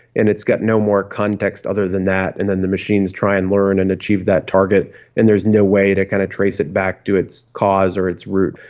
and it's got no more context other than that and then the machines try and learn and achieve that target and there's no way to kind of trace it back to its cause or its route.